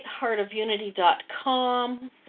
heartofunity.com